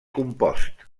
compost